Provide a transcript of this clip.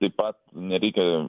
taip pat nereikia